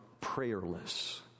prayerless